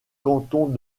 cantons